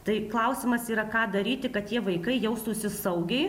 tai klausimas yra ką daryti kad tie vaikai jaustųsi saugiai